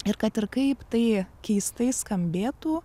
ir kad ir kaip tai keistai skambėtų